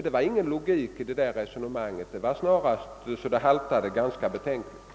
Det var ingen logik i herr Jönssons resonemang, utan det haltade nog ganska betänkligt.